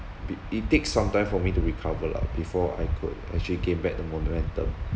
be it takes some time for me to recover lah before I could actually gain back the momentum